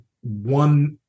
one